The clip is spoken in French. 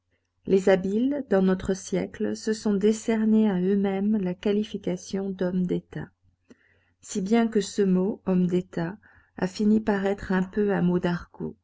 les habiles dans notre siècle se sont décerné à eux-mêmes la qualification d'hommes d'état si bien que ce mot homme d'état a fini par être un peu un